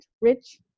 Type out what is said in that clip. rich